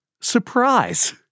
surprise